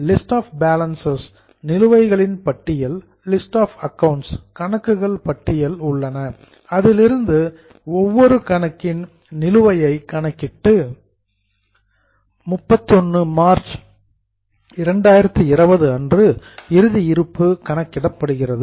list of balances நிலுவைகள் பட்டியல் list of accounts கணக்குகள் பட்டியல் உள்ளன அதிலிருந்து ஒவ்வொரு கணக்கின் நிலுவையை கணக்கிட்டு 31 மார்ச் 2020 அன்று இறுதி இருப்பு கணக்கிடப்படுகிறது